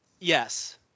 Yes